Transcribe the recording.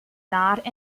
not